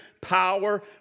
power